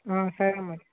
సరే మరి